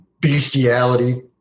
bestiality